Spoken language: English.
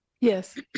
yes